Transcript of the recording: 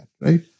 right